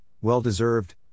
well-deserved